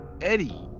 Eddie